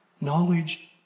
knowledge